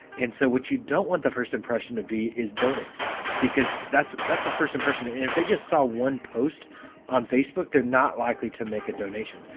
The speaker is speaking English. and so what you don't want the first impression to be is donate because that's that's a first impression. and if they just saw one post on facebook they're not likely to make a donation.